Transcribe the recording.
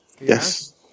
Yes